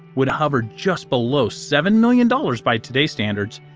would hover just below seven million dollars by today's standards,